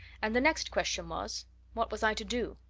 and the next question was what was i to do?